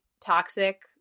toxic